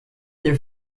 their